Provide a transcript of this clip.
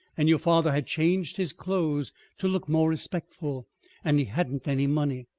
and your father had changed his clothes to look more respectful and he hadn't any money,